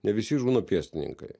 ne visi žūna pėstininkai